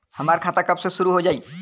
हमार खाता कब से शूरू हो जाई?